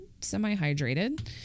semi-hydrated